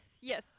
Yes